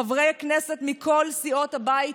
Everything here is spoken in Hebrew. חברי כנסת מכל סיעות הבית